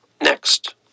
Next